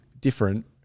different